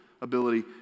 ability